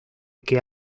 que